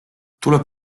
tuleb